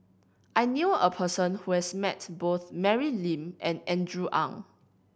I knew a person who has met both Mary Lim and Andrew Ang